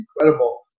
incredible